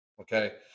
okay